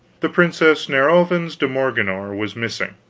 the princess nerovens de morganore was missing,